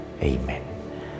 Amen